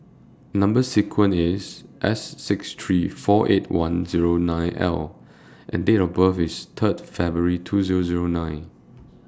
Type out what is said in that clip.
Number sequence IS S six three four eight one nine L and Date of birth IS Third February two Zero Zero nine